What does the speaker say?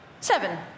seven